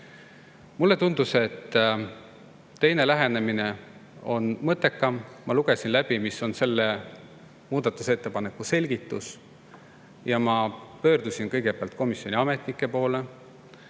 Mulle tundus, et teine lähenemine on mõttekam. Ma lugesin läbi, mis on selle muudatusettepaneku selgitus, ja ma pöördusin kõigepealt komisjoni ametnike poole,